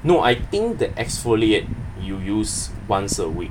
no I think the exfoliate you use once a week